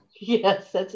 Yes